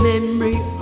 memory